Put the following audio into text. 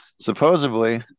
Supposedly